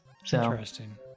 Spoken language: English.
Interesting